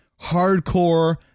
hardcore